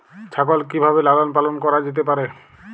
ছাগল কি ভাবে লালন পালন করা যেতে পারে?